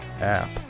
app